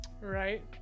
Right